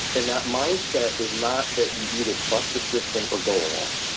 and that mindset is not that you either buck the system or go along.